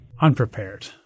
unprepared